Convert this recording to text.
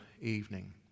evening